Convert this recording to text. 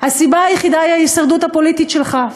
הסיבה היחידה היא ההישרדות הפוליטית שלך.